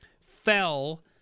fell